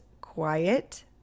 quiet